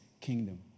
kingdom